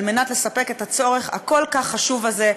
כדי לספק את הצורך החשוב הזה,